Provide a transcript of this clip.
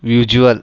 visual